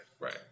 Right